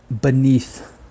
beneath